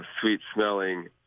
sweet-smelling